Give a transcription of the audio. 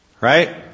Right